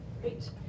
Great